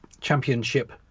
championship